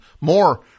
more